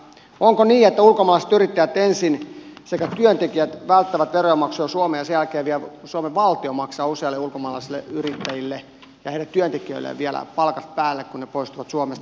onko niin että ulkomaalaiset yrittäjät sekä työntekijät ensin välttävät verojen maksua suomeen ja sen jälkeen vielä suomen valtio maksaa useille ulkomaalaisille yrittäjille ja heidän työntekijöilleen vielä palkat päälle kun he poistuvat suomesta